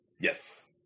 Yes